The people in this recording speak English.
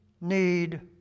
need